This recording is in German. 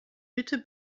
bitte